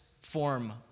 form